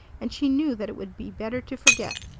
and she knew that it would be better to forget.